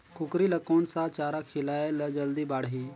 कूकरी ल कोन सा चारा खिलाय ल जल्दी बाड़ही?